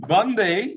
Monday